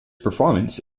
performance